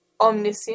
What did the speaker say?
omniscient